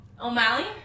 O'Malley